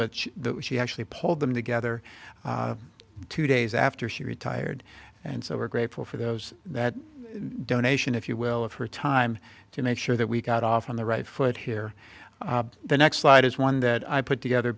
but she actually pulled them together two days after she retired and so we're grateful for those that donation if you will of her time to make sure that we got off on the right foot here the next slide is one that i put together